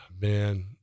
Man